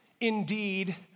indeed